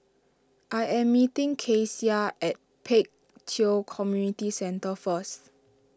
I am meeting Keshia at Pek Kio Community Centre first